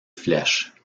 flèches